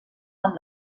amb